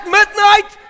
midnight